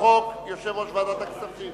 עבר בקריאה שלישית וייכנס לספר החוקים.